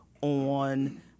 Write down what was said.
on